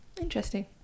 Interesting